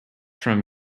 from